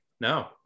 no